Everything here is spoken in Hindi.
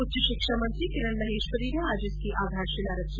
उच्च शिक्षा मंत्री किरण माहेश्वरी ने आज इसकी आधारशिला रखी